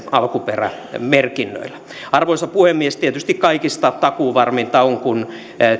alkuperämerkinnät arvoisa puhemies tietysti kaikista takuuvarminta on kun